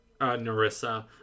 Narissa